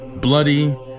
bloody